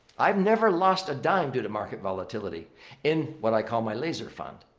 i've never lost a dime due to market volatility in what i call my laser fund.